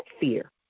fear